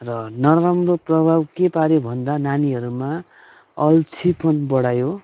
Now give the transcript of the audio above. नराम्रो प्रभाव के पाऱ्यो भन्दा नानीहरूमा अल्छिपन बढायो